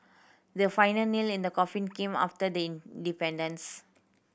the final nail in the coffin came after the independence